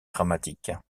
dramatique